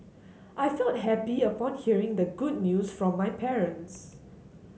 I felt happy upon hearing the good news from my parents